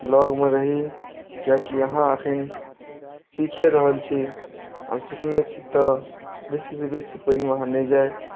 लगमे रही किआकी अहाँ अखन सीखे रहल छी आओर सिखने छी तऽ बेसीसँ बेसी पानिमे अहाँ नहि जाइ